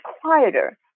quieter